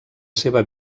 seva